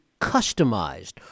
customized